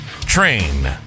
Train